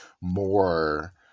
more